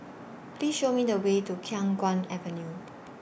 Please Show Me The Way to Khiang Guan Avenue